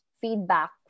feedback